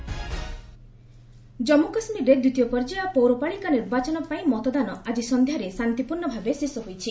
JK pulse Jammu କାଶ୍ମୀରରେ ଦ୍ୱିତୀୟ ପର୍ଯ୍ୟାୟ ପୌରପାଳିକା ନିର୍ବାଚନ ପାଇଁ ମତଦାନ ଆଜି ସନ୍ଧ୍ୟାରେ ଶାନ୍ତିପୂର୍ଣ୍ଣଭାବେ ଶେଷ ହୋଇଛି